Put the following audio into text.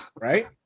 right